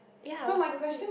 ya was so pissed